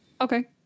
Okay